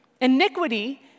Iniquity